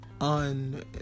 on